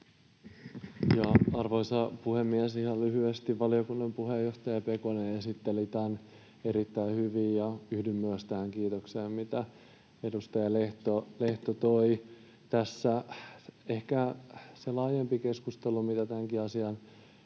Arvoisa puhemies! Ihan lyhyesti — valiokunnan puheenjohtaja Pekonen esitteli tämän erittäin hyvin, ja yhdyn myös tähän kiitokseen, mitä edustaja Lehto toi tässä. Ehkä siinä laajemmassa keskustelussa, mitä tämänkin asian